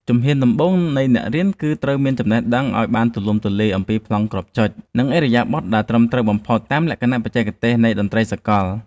ជំហានដំបូងនៃអ្នករៀនគឺត្រូវមានចំណេះដឹងឱ្យបានទូលំទូលាយអំពីប្លង់គ្រាប់ចុច និងឥរិយាបថដែលត្រឹមត្រូវបំផុតតាមលក្ខណៈបច្ចេកទេសនៃតន្ត្រីសកល។